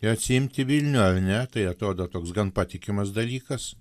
ir atsiimti vilnių ar ne tai atrodo toks gan patikimas dalykas